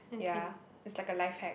ya it's like a life hack